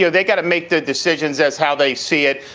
so they've got to make their decisions as how they see it.